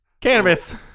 Cannabis